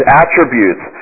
attributes